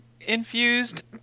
infused